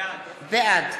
בעד